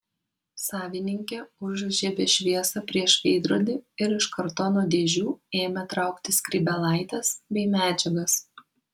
savininkė užžiebė šviesą prieš veidrodį ir iš kartono dėžių ėmė traukti skrybėlaites bei medžiagas